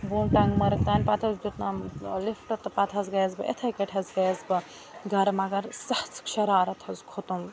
بۄن ٹنٛگمَرگ تانۍ پتہٕ حظ دیٛتنَم ٲں لفٹہٕ تہٕ پَتہٕ حظ گٔیٚیَس بہٕ یِتھٔے کٲٹھۍ حظ گٔیٚیَس بہٕ گھرٕ مگر سخ شرارت حظ کھوٚتُم